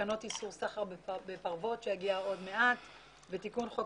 תקנות איסור סחר בפרוות שעוד מעט יגיע אליכם ותיקון חוק